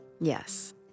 Yes